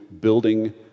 building